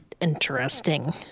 interesting